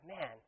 man